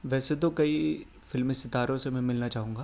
ویسے تو کئی فلمی ستاروں سے میں ملنا چاہوں گا